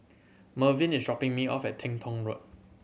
Mervin is dropping me off at Teng Tong Road